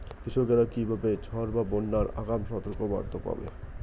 কৃষকেরা কীভাবে ঝড় বা বন্যার আগাম সতর্ক বার্তা পাবে?